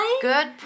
Good